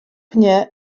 pnie